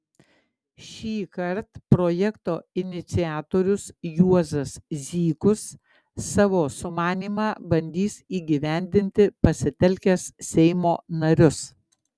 šįkart projekto iniciatorius juozas zykus savo sumanymą bandys įgyvendinti pasitelkęs seimo narius